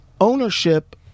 ownership